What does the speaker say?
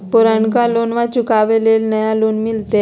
पुर्नका लोनमा चुकाबे ले नया लोन मिलते?